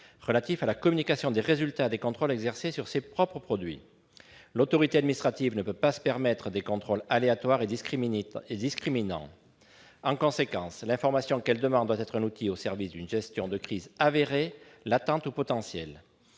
relatif à la communication des résultats des contrôles exercés sur ses propres produits. L'autorité administrative ne peut pas se permettre des contrôles aléatoires et discriminants. En conséquence, l'information qu'elle demande doit être un outil au service d'une gestion de crise avérée, latente ou potentielle.